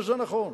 וזה נכון.